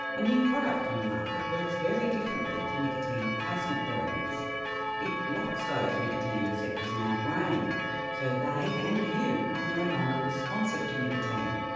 a new product on the market works very differently to nicotine replacement therapies it blocks those nicotine receptors in our brain so they and you are no longer responsive to nicotine.